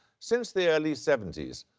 since the early seventy s.